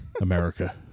America